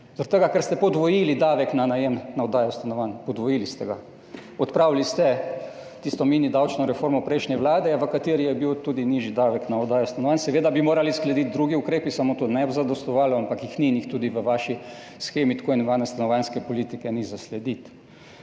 tega, ker ste podvojili davek na najem, na oddajo stanovanj. Podvojili ste ga. Odpravili ste tisto mini davčno reformo prejšnje vlade, v kateri je bil tudi nižji davek na oddajo stanovanj, seveda bi morali slediti drugi ukrepi, samo to ne bi zadostovalo, ampak jih ni in jih tudi v vaši shemi tako imenovane stanovanjske politike ni zaslediti.